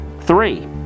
Three